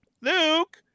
Luke